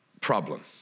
Problem